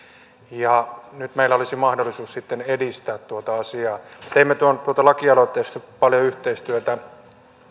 nyt meillä olisi sitten mahdollisuus edistää tuota asiaa teimme tuossa lakialoitteessa paljon yhteistyötä